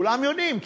כולם יודעים,